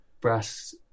brass